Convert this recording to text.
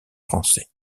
français